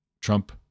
Trump